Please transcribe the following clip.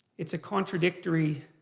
it's a contradictory.